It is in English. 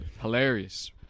hilarious